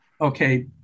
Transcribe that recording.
okay